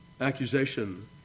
accusation